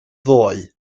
ddoe